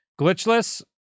glitchless